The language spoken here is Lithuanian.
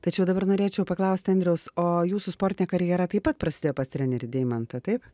tačiau dabar norėčiau paklausti andriaus o jūsų sportinė karjera taip pat prasidėjo pas trenerį deimantą taip